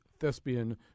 thespian